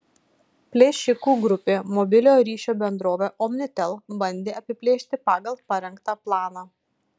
plėšikų grupė mobiliojo ryšio bendrovę omnitel bandė apiplėšti pagal parengtą planą